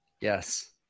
Yes